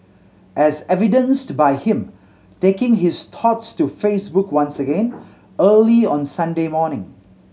as evidenced by him taking his thoughts to Facebook once again early on Sunday morning